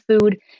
food